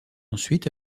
ensuite